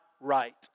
right